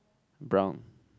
brown